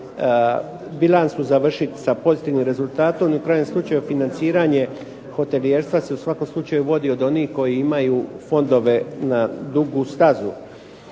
bilancu završiti sa pozitivnim rezultatom, i u krajnjem slučaju financiranje hotelijerstva se u svakom slučaju vodi od onih koji imaju fondove na dugu stazu.